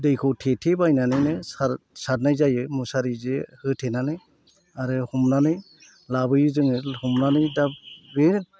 दैखौ थेथेबायनानैनो सारनाय जायो मुसारि जे होथेनानै आरो हमनानै लाबोयो जोङो हमनानै दा बे